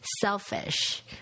selfish